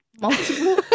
Multiple